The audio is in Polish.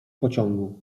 pociągu